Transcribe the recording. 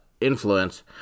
influence